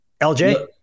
LJ